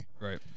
Right